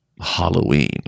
Halloween